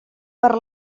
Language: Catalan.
per